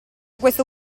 questo